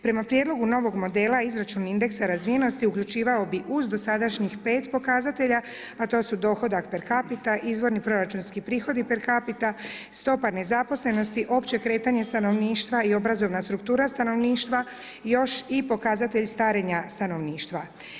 Prema prijedlogu novog modela izračun indeksa razvijenosti uključivao bi uz dosadašnjih pet pokazatelja, a to su dohodak per capita, izvorni proračunski prihodi per capita, stopa nezaposlenosti, opće kretanje stanovništva i obrazovna struktura stanovništva još i pokazatelja stanovništva.